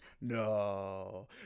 No